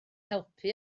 helpu